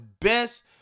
best